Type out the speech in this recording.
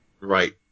right